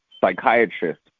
psychiatrist